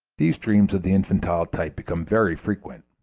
these dreams of the infantile type become very frequent.